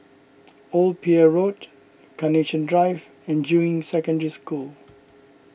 Old Pier Road Carnation Drive and Juying Secondary School